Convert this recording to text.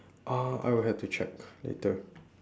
uh I would have to check later